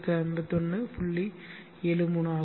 73 ஆகும்